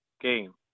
game